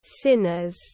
sinners